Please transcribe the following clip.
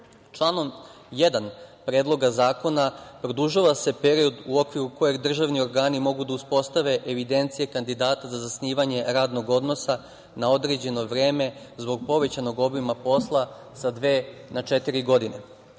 1. Predloga zakona produžava se period u okviru kojeg državni organi mogu da uspostave evidencije kandidata za zasnivanje radnog odnosa na određeno vreme zbog povećanog obima posla sa dve na četiri